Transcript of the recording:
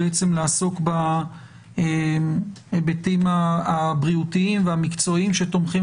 בעצם נעסוק בהיבטים הבריאותיים והמקצועיים שתומכים